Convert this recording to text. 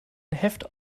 heft